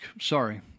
sorry